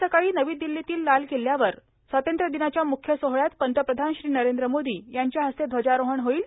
उद्या सकाळी नवी दिल्लीतील लाल किल्ल्यावर होणाऱ्या स्वातंत्र्यदिनाच्या म्रख्य सोहळ्यात पंतप्रधान श्री नरेंद्र मोदी यांच्या हस्ते ध्वजारोहण होईल